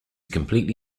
completely